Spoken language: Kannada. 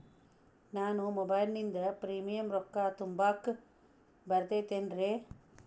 ನಾನು ಮೊಬೈಲಿನಿಂದ್ ಪ್ರೇಮಿಯಂ ರೊಕ್ಕಾ ತುಂಬಾಕ್ ಬರತೈತೇನ್ರೇ?